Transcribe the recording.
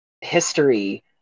history